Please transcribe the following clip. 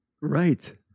right